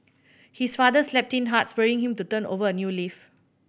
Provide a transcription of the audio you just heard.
his father slapped him hard spurring him to turn over a new leaf